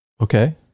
Okay